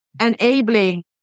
enabling